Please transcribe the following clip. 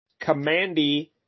Commandy